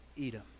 Edom